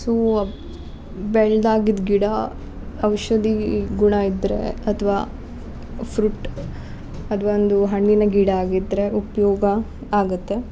so ಬೆಳ್ದಾಗಿದ್ದ ಗಿಡ ಔಷಧಿ ಗುಣ ಇದ್ದರೆ ಅಥ್ವಾ ಫ್ರುಟ್ ಅದು ಒಂದು ಹಣ್ಣಿನ ಗಿಡ ಆಗಿದ್ದರೆ ಉಪಯೋಗ ಆಗುತ್ತೆ